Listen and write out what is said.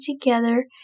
together